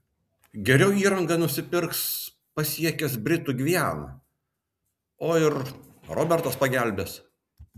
geriau įrangą nusipirks pasiekęs britų gvianą o ir robertas pagelbės